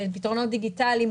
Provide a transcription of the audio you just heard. פתרונות דיגיטליים,